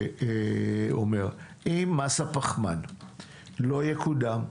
אם מס הפחמן לא יקודם,